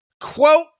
Quote